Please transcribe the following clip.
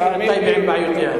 תשאיר את טייבה עם בעיותיה.